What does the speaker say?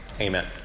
amen